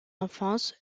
enfance